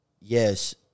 Yes